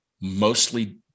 mostly